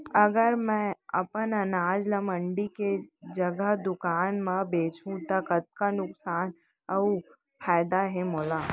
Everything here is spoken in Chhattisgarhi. अगर मैं अपन अनाज ला मंडी के जगह दुकान म बेचहूँ त कतका नुकसान अऊ फायदा हे मोला?